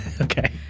Okay